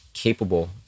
capable